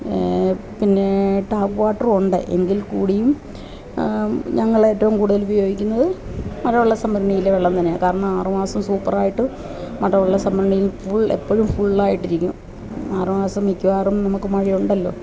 പിന്നെ ടാപ്പ് വാട്ടറുമുണ്ട് എങ്കില് കൂടിയും ഞങ്ങളേറ്റവും കൂടുതലുപയോഗിക്കുന്നത് മഴവെള്ളസംഭരണിയിലെ വെള്ളം തന്നെയാണ് കാരണം ആറു മാസം സൂപ്പറായിട്ട് മഴവെള്ളസംഭരണിയില് ഫുള് എപ്പോഴും ഫുള്ളായിട്ടിരിക്കും ആറ് മാസം മിക്കവാറും നമുക്ക് മഴ ഉണ്ടല്ലോ